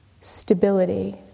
stability